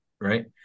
right